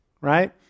right